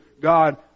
God